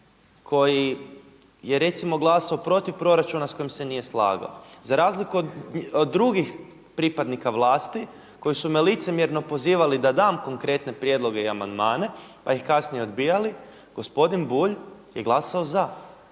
koji je recimo glasao protiv proračuna s kojim se nije slagao za razliku od drugih pripadnika vlasti koji su me licemjerno pozivali da dam konkretne prijedloge i amandmane pa ih kasnije odbijali gospodin Bulj je glasao za.